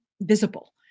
visible